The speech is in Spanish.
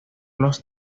los